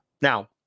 Now